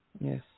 Yes